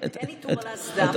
אין ניטור על האסדה,